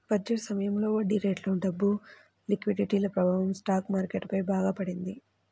budget సమయంలో వడ్డీరేట్లు, డబ్బు లిక్విడిటీల ప్రభావం స్టాక్ మార్కెట్ పై బాగా పడింది